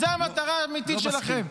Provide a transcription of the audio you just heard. זו המטרה האמיתית שלכם.